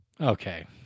Okay